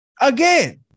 Again